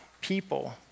people